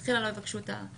שופט לא חייב לקבל את זה.